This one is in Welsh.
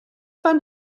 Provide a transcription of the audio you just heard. fan